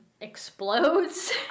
explodes